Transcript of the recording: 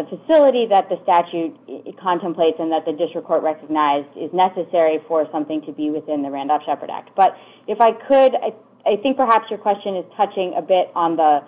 the facility that the statute contemplates and that the district court recognize is necessary for something to be within the random shepard act but if i could i i think perhaps your question is touching a bit on the